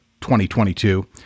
2022